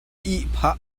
ihphah